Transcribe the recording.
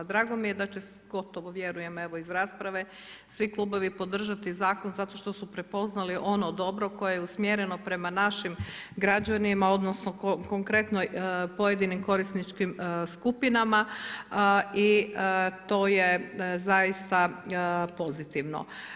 Drago mi je da će se, gotovo vjerujem evo iz rasprave svi klubovi podržati zakon zato što su prepoznali ono dobro koje je usmjereno prema našim građanima, odnosno konkretno pojedinim korisničkim skupinama i to je zaista pozitivno.